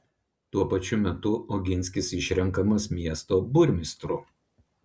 tuo pačiu metu oginskis išrenkamas miesto burmistru